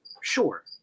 sure